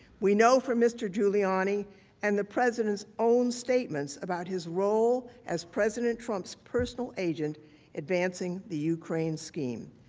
we know for mr. giuliani and the president's own statements about his role as president trump's personal agent advancing the ukraine scheme.